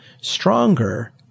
stronger